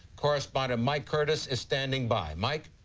correspondent mike curtis is standing by. mike?